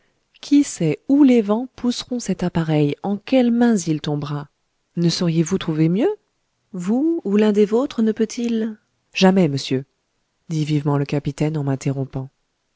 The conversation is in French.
qui sait où les vents pousseront cet appareil en quelles mains il tombera ne sauriez-vous trouver mieux vous ou l'un des vôtres ne peut-il jamais monsieur dit vivement le capitaine en m'interrompant